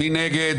מי נגד?